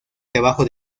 trabajo